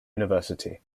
university